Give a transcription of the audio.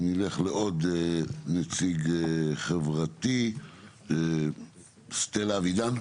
נלך לעוד נציג חברתי, סטלה אבידן.